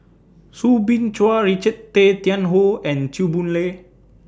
Soo Bin Chua Richard Tay Tian Hoe and Chew Boon Lay